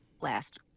last